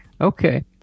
Okay